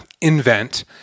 invent